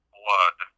blood